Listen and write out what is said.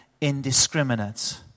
indiscriminate